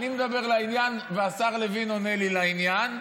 אני מדבר לעניין, והשר לוין עונה לי לעניין.